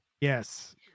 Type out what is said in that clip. Yes